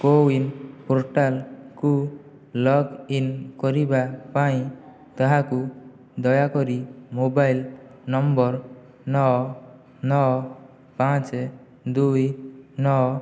CoWIN ପୋର୍ଟାଲ୍କୁ log in କରିବା ପାଇଁ ତାହାକୁ ଦୟାକରି ମୋବାଇଲ ନମ୍ବର ନଅ ନଅ ପାଞ୍ଚ ଦୁଇ ନଅ